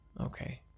okay